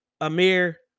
Amir